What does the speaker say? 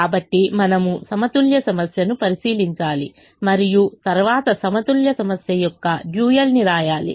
కాబట్టి మనము సమతుల్య సమస్యను పరిశీలించాలి మరియు తరువాత సమతుల్య సమస్య యొక్క డ్యూయల్ ని రాయాలి